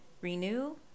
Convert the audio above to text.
renew